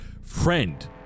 friend